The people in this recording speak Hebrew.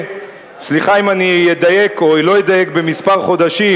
וסליחה אם אני אדייק או לא אדייק במספר החודשים,